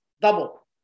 double